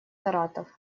саратов